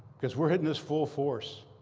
because we're hitting this full force.